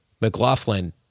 McLaughlin